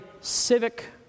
civic